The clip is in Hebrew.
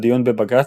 בדיון בבג"ץ,